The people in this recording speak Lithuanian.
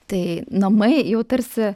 tai namai jau tarsi